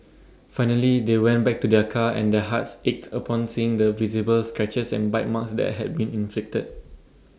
finally they went back to their car and their hearts ached upon seeing the visible scratches and bite marks that had been inflicted